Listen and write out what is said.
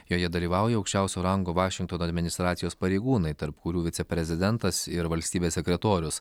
joje dalyvauja aukščiausio rango vašingtono administracijos pareigūnai tarp kurių viceprezidentas ir valstybės sekretorius